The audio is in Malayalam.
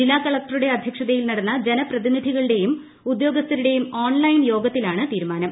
ജില്ലാ കളക്ടറുടെ അധ്യക്ഷതയിൽ നടന്ന ജനപ്രതിനിധികളുടെയും ഉദ്യോഗസ്ഥരുടെയും ഓൺലൈൻ യോഗത്തിലാണ് തീരുമാനം